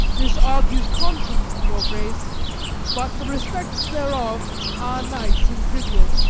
this argues conscience in your grace but the respects thereof are nice and trivial,